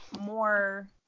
more